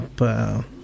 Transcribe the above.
up